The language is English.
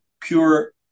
Pure